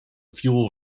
fuel